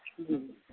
جی جی